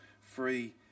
free